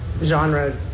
genre